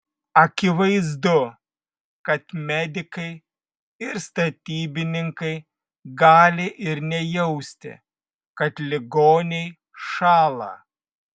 akivaizdu kad medikai ir statybininkai gali ir nejausti kad ligoniai šąla